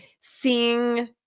seeing